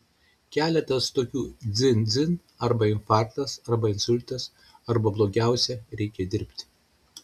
keletas tokių dzin dzin arba infarktas arba insultas arba blogiausia reikia dirbti